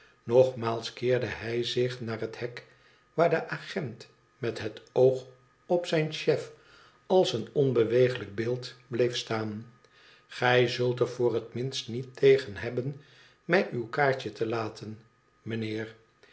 nogmaals keerde hij zich naar het hek waar de agent met het oog op zijn chef als een onbeweeglijk beeld bleef staan gij zult er voor het minst niet tegen hebben mij uw kaartje te laten mijnheer